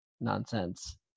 nonsense